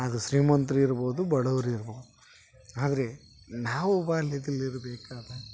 ಅದು ಶ್ರೀಮಂತ್ರಿರ್ಬೋದು ಬಡವರಿರ್ಬೋದ್ ಆದರೆ ನಾವು ಬಾಲ್ಯದಲ್ಲಿ ಇರಬೇಕಾದ